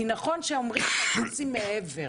נכון שרוצים מעבר,